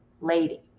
Lady